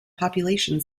population